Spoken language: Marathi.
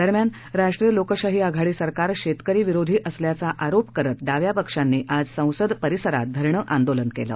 दरम्यान राष्ट्रीय लोकशाही आघाडी सरकार शेतकरी विरोधी असल्याचा आरोप करत डाव्या पक्षांनी आज संसद परिसरात धरणं आंदोलन केलं